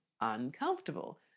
uncomfortable